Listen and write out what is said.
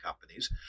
companies